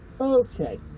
Okay